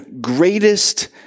greatest